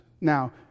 Now